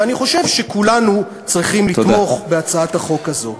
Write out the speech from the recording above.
ואני חושב שכולנו צריכים לתמוך בהצעת החוק הזו.